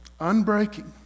Unbreaking